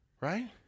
Right